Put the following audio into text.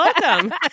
welcome